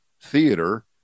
theater